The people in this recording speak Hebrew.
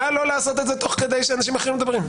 נא לא לעשות את זה תוך כדי שאנשים אחרים מדברים.